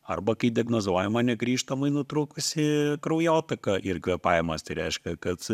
arba kai diagnozuojama negrįžtamai nutrūkusi kraujotaka ir kvėpavimas tai reiškia kad